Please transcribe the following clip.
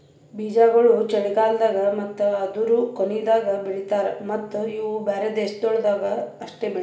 ಬೀಜಾಗೋಳ್ ಚಳಿಗಾಲ್ದಾಗ್ ಮತ್ತ ಅದೂರು ಕೊನಿದಾಗ್ ಬೆಳಿತಾರ್ ಮತ್ತ ಇವು ಬ್ಯಾರೆ ದೇಶಗೊಳ್ದಾಗ್ ಅಷ್ಟೆ ಬೆಳಿತಾರ್